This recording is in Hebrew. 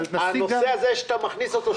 הנושא הזה שאתה מכניס אותו,